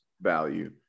Value